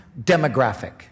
demographic